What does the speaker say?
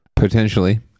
Potentially